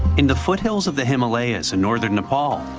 in the foothills of the himalayas in northern nepal,